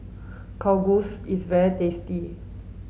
kalguksu is very tasty